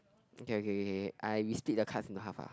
okay okay K K K I we split the card into half ah